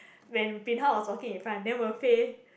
when bin hao was walking in front then Wen Fei